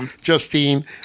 Justine